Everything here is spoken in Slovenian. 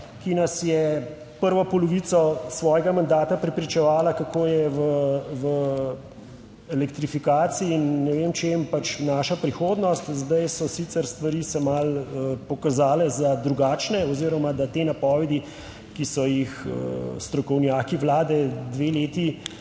ki nas je prvo polovico svojega mandata prepričevala, kako je v elektrifikaciji in ne vem čem pač naša prihodnost, zdaj so sicer stvari se malo pokazale za drugačne oziroma, da te napovedi, ki so jih strokovnjaki Vlade dve leti